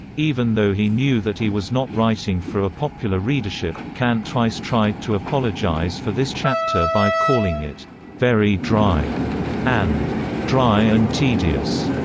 even though he knew that he was not writing for a popular readership, kant twice tried to apologize for this chapter by calling it very dry and dry and tedious.